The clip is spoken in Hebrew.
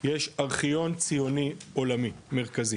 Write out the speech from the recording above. יש ארכיון ציוני עולמי מרכזי